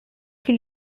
qui